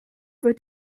wird